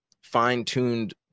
fine-tuned